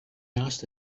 asked